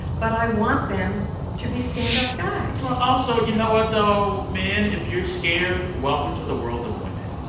but i want them to be stand-up guys well, also, you know what though? man, if you're scared, welcome to the world of women.